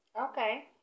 Okay